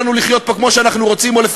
והפתרון שלכם הוא לא פתרון דמוקרטי,